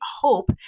hope